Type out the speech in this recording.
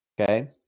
Okay